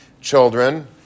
children